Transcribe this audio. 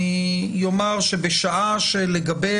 אני אומר שבשעה שלגבי